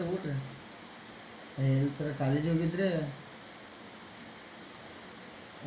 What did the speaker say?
ಭಾರತದಲ್ಲಿ ತೊರೆಗಳಲ್ಲಿ, ನದಿಗಳಲ್ಲಿ, ಕೆರೆಗಳಲ್ಲಿ ಮೀನು ಹಿಡಿಯುವ ಸಂಪ್ರದಾಯ ರೂಢಿಯಿದೆ